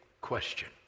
question